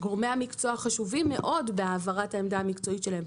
גורמי המקצוע חשובים מאוד בהעברת העמדה המקצועית שלהם,